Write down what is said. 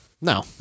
No